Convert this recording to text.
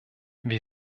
wir